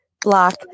block